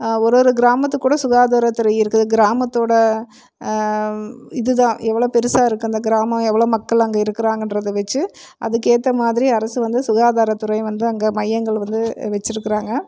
ஒரு ஒரு கிராமத்துக்குக்கூட சுகாதாரத்துறை இருக்குது கிராமத்தோட இதுதான் எவ்வளோ பெருசாக இருக்கு அந்த கிராமம் எவ்வளோ மக்கள் அங்கே இருக்கிறாங்கன்றத வச்சு அதுக்கேற்றமாதிரி அரசு வந்து சுகாதாரத்துறையும் வந்து அங்கே மையங்கள் வந்து வைச்சிருக்குறாங்க